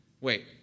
wait